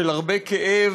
של הרבה כאב,